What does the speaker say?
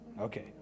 Okay